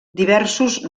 diversos